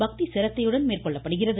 பக்தி சிரத்தையுடன் மேற்கொள்ளப்படுகிறது